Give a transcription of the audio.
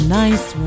nice